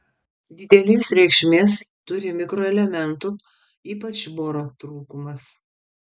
didelės reikšmės turi mikroelementų ypač boro trūkumas